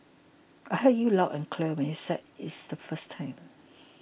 I heard you loud and clear when you said it's the first time